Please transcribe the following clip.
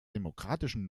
demokratischen